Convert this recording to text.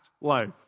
life